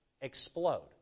explode